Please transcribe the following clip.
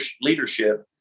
leadership